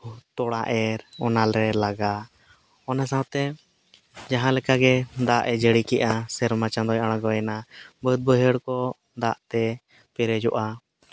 ᱛᱚᱞᱟ ᱮᱨ ᱚᱱᱟᱨᱮ ᱞᱟᱜᱟ ᱚᱱᱟ ᱥᱟᱶᱛᱮ ᱡᱟᱦᱟᱸ ᱞᱮᱠᱟᱜᱮ ᱫᱟᱜ ᱮ ᱡᱟᱹᱲᱤ ᱠᱮᱫᱼᱟ ᱥᱮᱨᱢᱟ ᱪᱟᱸᱫᱳᱭ ᱟᱬᱜᱚᱭᱮᱱᱟ ᱵᱟᱹᱫᱽ ᱵᱟᱹᱭᱦᱟᱹᱲ ᱠᱚ ᱫᱟᱜ ᱛᱮ ᱯᱮᱨᱮᱡᱚᱜᱼᱟ